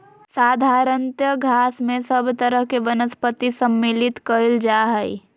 साधारणतय घास में सब तरह के वनस्पति सम्मिलित कइल जा हइ